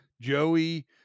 joey